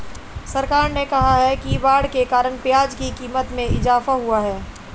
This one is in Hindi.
सरकार ने कहा कि बाढ़ के कारण प्याज़ की क़ीमत में इजाफ़ा हुआ है